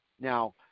Now